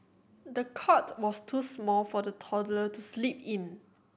the cot was too small for the toddler to sleep in